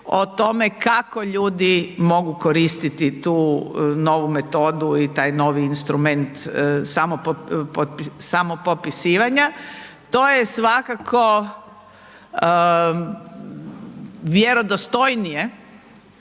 o tome kako ljudi mogu koristiti tu novu metodu i taj novi instrument samopopisivanja. To je svakako vjerodostojnije